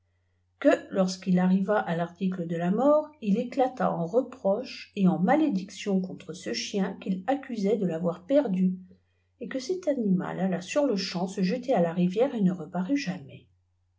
que lorsqu'il arriva à l'article de la mort il éclata en reproches eten malédictions contre ce chien quil accusait de l'avoir perdu et que cet animal alla sur-le-champ se jeter à la rivière et ne reparut jamais